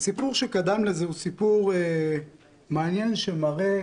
הסיפור שקדם לזה הוא סיפור מעניין שמראה